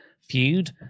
feud